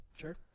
Sure